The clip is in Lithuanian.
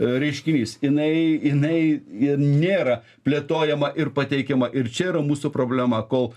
reiškinys jinai jinai ji nėra plėtojama ir pateikiama ir čia yra mūsų problema kol